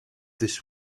this